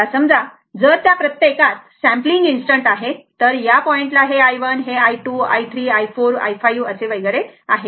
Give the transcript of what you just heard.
आत्ता समजा जर त्या प्रत्येक यात सॅम्पलिंग इन्स्टंट आहेत तर या पॉइंटला हे i1 आणि हे i2 हे i3 i4 i5 आणि वगैरे आहे